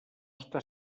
està